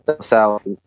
south